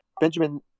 Benjamin